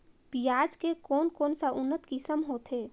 पियाज के कोन कोन सा उन्नत किसम होथे?